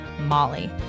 MOLLY